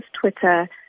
Twitter